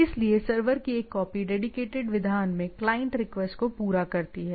इसलिए सर्वर की एक कॉपी डेडीकेटेड विधान में क्लाइंट रिक्वेस्ट को पूरा करती है